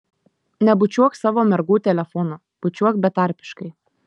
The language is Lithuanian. nebučiuok savo mergų telefonu bučiuok betarpiškai